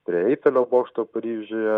prie eifelio bokšto paryžiuje